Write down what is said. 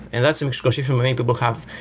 and that's a misconception any people have.